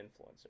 influencer